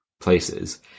places